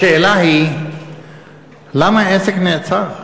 השאלה היא למה העסק נעצר,